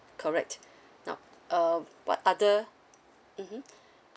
correct now um what other mmhmm